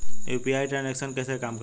UPI transaction कैसे काम करता है?